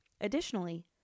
Additionally